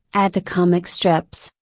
at the comic strips,